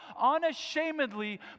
unashamedly